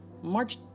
March